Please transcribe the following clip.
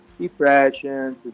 depression